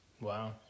Wow